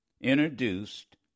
introduced